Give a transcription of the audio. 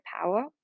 power